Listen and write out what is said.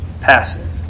passive